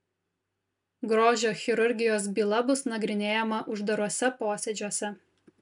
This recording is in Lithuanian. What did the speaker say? grožio chirurgijos byla bus nagrinėjama uždaruose posėdžiuose